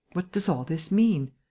what does all this mean?